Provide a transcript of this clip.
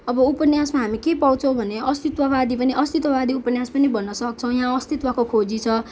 अब उपन्यासमा हामी के पाउँछौँ भने अस्तित्ववादी पनि अस्तित्ववादी उपन्यास पनि भन्न सक्छौँ यहाँ अस्तित्वको खोजी छ